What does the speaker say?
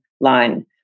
line